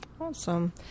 awesome